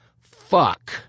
fuck